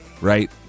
right